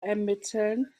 ermitteln